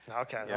Okay